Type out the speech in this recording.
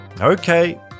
Okay